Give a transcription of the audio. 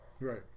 Right